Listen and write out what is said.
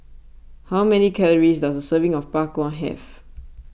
how many calories does a serving of Bak Kwa have